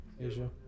Asia